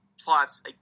plus